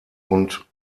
und